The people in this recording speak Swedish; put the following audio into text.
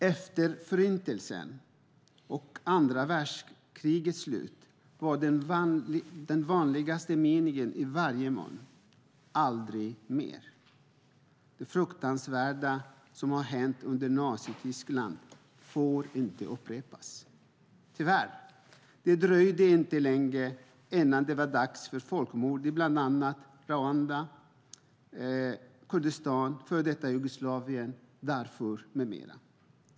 Efter Förintelsen och andra världskrigets slut var den vanligaste meningen i varje människas mun: Aldrig mer. Det fruktansvärda som har hänt under Nazityskland får inte upprepas. Tyvärr dröjde det inte länge innan det var dags för folkmord i bland annat Rwanda, Kurdistan, före detta Jugoslavien, Darfur med mera.